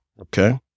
Okay